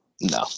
no